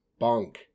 bonk